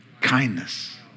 kindness